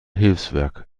hilfswerk